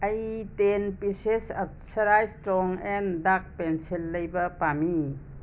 ꯑꯩ ten pieces Apsara strong and dark pencil ꯂꯩꯕ ꯄꯥꯝꯃꯤ